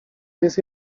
jest